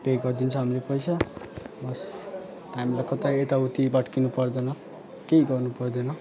pay गरिदिन्छ हामीले पैसा बस हामीलाई कता यता उता भट्किनु पर्दैन केही गर्नु पर्दैन